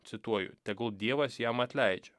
cituoju tegul dievas jam atleidžia